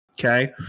okay